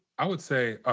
i would say.